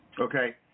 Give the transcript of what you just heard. Okay